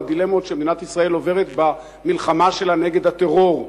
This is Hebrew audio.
הדילמות שמדינת ישראל עוברת במלחמה שלה נגד הטרור,